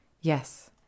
Yes